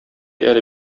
әле